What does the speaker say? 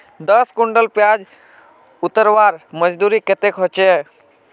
दस कुंटल प्याज उतरवार मजदूरी कतेक होचए?